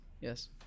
Yes